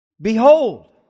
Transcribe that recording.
behold